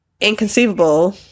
inconceivable